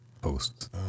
posts